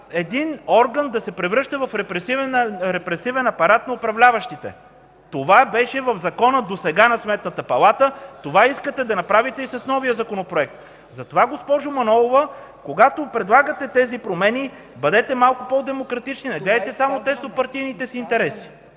един орган да се превръща в репресивен апарат на управляващите. Това беше досега в Закона на Сметната палата, това искате да направите и с новия законопроект. Затова, госпожо Манолова, когато предлагате тези промени, бъдете малко по-демократични. Недейте гледа само теснопартийните си интереси.